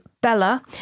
Bella